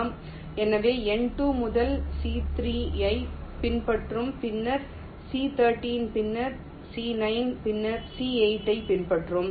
எனவே N2 முதல் C3 ஐப் பின்பற்றும் பின்னர் C13 பின்னர் C9 பின்னர் C8 ஐப் பின்பற்றும்